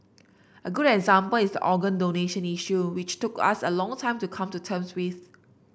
a good example is the organ donation issue which took us a long time to come to terms with